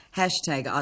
hashtag